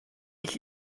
ich